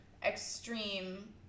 extreme